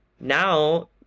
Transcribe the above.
now